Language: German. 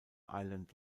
island